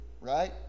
Right